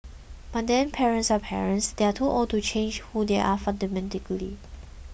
but then parents are parents they are too old to change who they are fundamentally